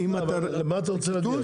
לאן אתה רוצה להגיע?